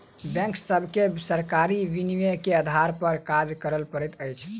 bank सभके सरकारी विनियमन के आधार पर काज करअ पड़ैत अछि